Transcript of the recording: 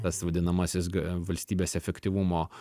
tas vadinamasis valstybės efektyvumo